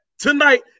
Tonight